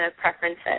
preferences